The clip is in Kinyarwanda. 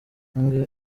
ange